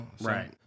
right